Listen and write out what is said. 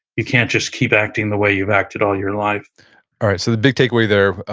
you can't just keep acting the way you've acted all your life alright. so the big takeaway there,